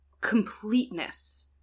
completeness